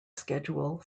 schedule